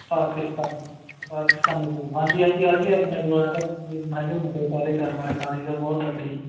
Pakistani Pakistani suit ਹਾਂਜੀ ਹਾਂਜੀ ਹੈਗੇ ਆ ਆਪਣੇ ਕੋਲ ਹੈਗੇ ਐਂ ਤਾਂ ਮੁੰਡੇ ਆਪਣੇ ਕੋਲ ਕਰਨ ਵਾਲੇ ਕਾਰੀਗਰ ਆ ਬਹੁਤ ਤਕੜੇ ਆ ਜੀ